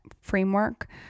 framework